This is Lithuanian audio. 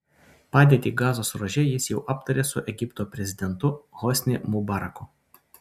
padėtį gazos ruože jis jau aptarė su egipto prezidentu hosni mubaraku